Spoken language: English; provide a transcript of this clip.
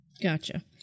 gotcha